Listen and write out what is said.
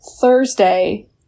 Thursday